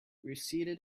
receded